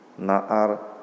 Na'ar